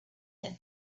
their